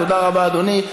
תודה רבה, אדוני.